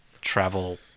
travel